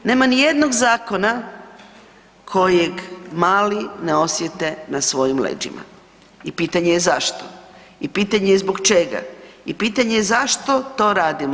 Nema nijednog zakona kojeg mali ne osjete na svojim leđima i pitanje je zašto i pitanje je zbog čega i pitanje je zašto to radimo?